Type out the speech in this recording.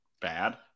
bad